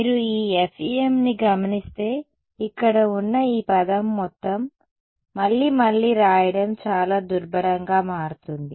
మీరు ఈ FEM ని గమనిస్తే ఇక్కడ ఉన్న ఈ పదం మొత్తం మళ్లీ మళ్లీ రాయడం చాలా దుర్భరంగా మారుతుంది